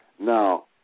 Now